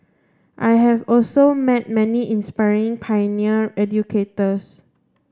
I have also met many inspiring pioneer educators